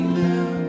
now